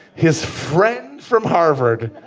his friend from harvard,